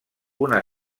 una